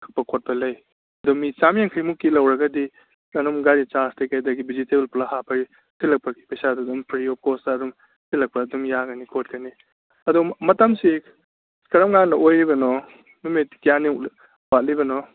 ꯀꯛꯄ ꯈꯣꯠꯄ ꯂꯩ ꯑꯗꯣ ꯃꯤ ꯆꯥꯝꯃ ꯌꯥꯡꯈꯩꯃꯨꯛꯀꯤ ꯂꯧꯔꯒꯗꯤ ꯑꯗꯨꯝ ꯒꯥꯔꯤ ꯆꯥꯔꯖ ꯀꯩꯀꯩ ꯑꯗꯒꯤ ꯚꯤꯖꯤꯇꯦꯕꯜ ꯄꯨꯜꯂꯞ ꯍꯥꯞꯄꯩ ꯊꯤꯜꯂꯛꯄꯒꯤ ꯄꯩꯁꯥꯗꯨ ꯑꯗꯨꯝ ꯐ꯭ꯔꯤ ꯑꯣꯐ ꯀꯣꯁꯇ ꯑꯗꯨꯝ ꯊꯤꯜꯂꯛꯄ ꯑꯗꯨꯝ ꯌꯥꯒꯅꯤ ꯈꯣꯠꯀꯅꯤ ꯑꯗꯣ ꯃꯇꯝꯁꯤ ꯀꯔꯝ ꯀꯥꯟꯗ ꯑꯣꯏꯔꯤꯕꯅꯣ ꯅꯨꯃꯤꯠ ꯀꯌꯥꯅꯤ ꯋꯥꯠꯂꯤꯕꯅꯣ